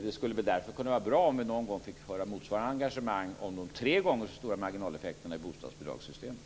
Det skulle därför kunna vara bra om vi någon gång fick höra motsvarande engagemang om de tre gånger så stora marginaleffekterna i bostadsbidragssystemet.